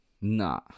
Nah